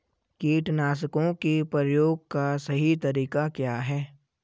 कीटनाशकों के प्रयोग का सही तरीका क्या है?